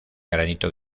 granito